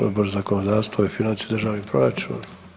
Odbor za zakonodavstvo i financije i državni proračun?